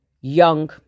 young